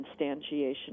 instantiation